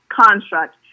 construct